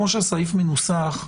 כמו שהסעיף מנוסח,